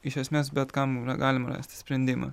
iš esmės bet kam yra galima rasti sprendimą